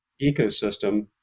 Ecosystem